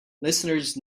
listeners